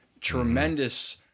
tremendous